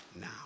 now